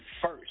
first